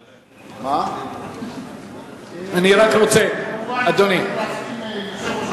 כמובן, על זה צריך להסכים עם יושב-ראש הקואליציה,